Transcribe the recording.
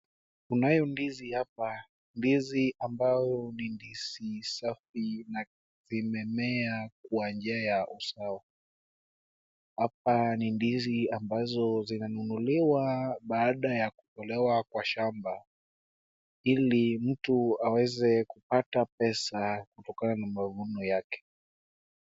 Kunayo ndizi hapa, ndizi ambayo ndizi safi na zimemea kwa njia ya usawa, hapa ni ndizi ambazo zinanunuliwa baada ya kutolewa kwa shamba, ili mtu aweze kupata pesa kutokana na mavuno yake.